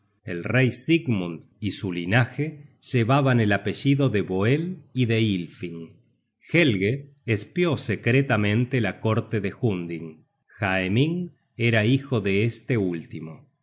el rey sigmund y su linaje llevaban el apellido de voel y de ylfing helge espió secretamente la corte de hunding haeming era hijo de este último